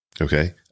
Okay